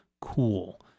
cool